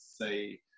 say